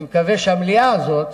אני מקווה שהמליאה הזאת